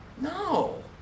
No